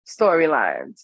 storylines